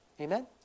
Amen